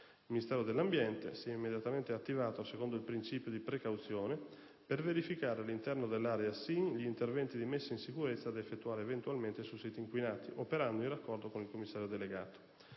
del territorio e del mare si è immediatamente attivato secondo un principio di precauzione per verificare all'interno dell'area SIN gli interventi di messa in sicurezza da effettuare eventualmente sui siti inquinati, operando in raccordo con il commissario delegato.